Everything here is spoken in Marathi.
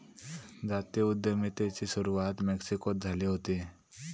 जाती उद्यमितेची सुरवात मेक्सिकोत झाली हुती